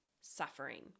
suffering